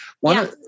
one